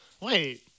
wait